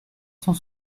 cent